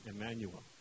Emmanuel